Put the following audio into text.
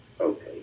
Okay